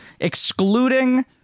excluding